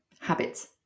habits